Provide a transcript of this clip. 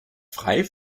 frei